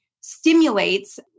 stimulates